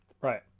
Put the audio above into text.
right